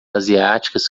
asiáticas